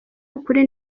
ukuri